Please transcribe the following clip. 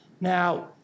Now